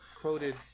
quoted